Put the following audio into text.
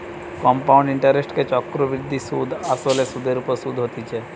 compound ইন্টারেস্টকে চক্রবৃদ্ধি সুধ আসলে সুধের ওপর শুধ হতিছে